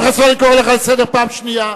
פעם שנייה.